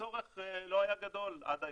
והצורך לא היה גדול עד היום,